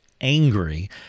angry